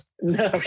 No